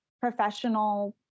professional